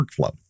workflow